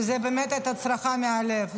וזו הייתה באמת צרחה מהלב.